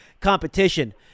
competition